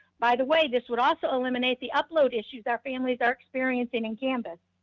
by the way, this would also eliminate the upload issues our families are experiencing in canvas.